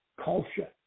culture